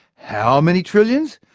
how many trillions?